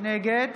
נגד